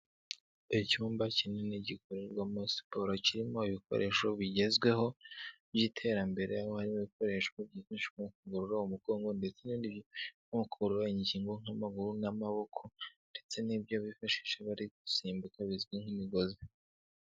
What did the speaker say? Icyumba kinini gikorerwamo siporo kirimo ibikoresho bigezweho by'iterambere, aho ibi bikoresho byifashishwa mu kuvura umugongo ndetse ibindi bikoreshwa mukugorora ingingo nk'amaguru n'amaboko ndetse n'ibyo bifashisha bari gusimbuka bizwi nk'imigozi.